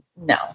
No